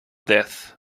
death